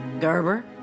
Gerber